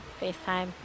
FaceTime